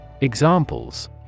Examples